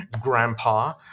grandpa